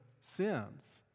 sins